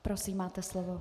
Prosím, máte slovo.